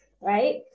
right